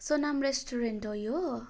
Sonam restaurant हो यो